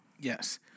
Yes